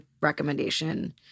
recommendation